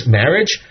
marriage